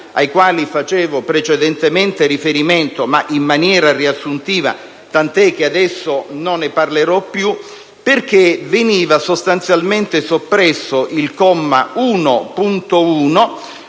(ai quali facevo precedentemente riferimento, ma in maniera riassuntiva, tant'è che adesso non ne parlerò più), perché nel decreto-legge vengono soppressi il comma 1.1,